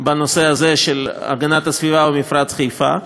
בנושא הזה של הגנת הסביבה במפרץ חיפה,